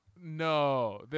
No